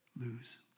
lose